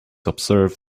observe